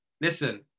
Listen